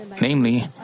Namely